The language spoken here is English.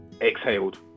exhaled